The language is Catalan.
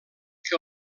que